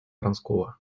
вронского